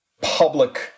public